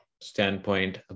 standpoint